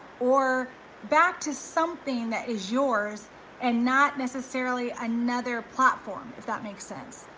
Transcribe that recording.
or back to something that is yours and not necessarily another platform, if that makes sense.